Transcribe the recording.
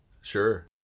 Sure